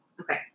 Okay